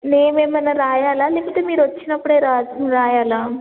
నేమేమైనా రాయాలా లేకపోతే మీరు వచ్చినప్పుడే రా రాయాలా